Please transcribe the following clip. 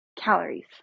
calories